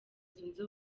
zunze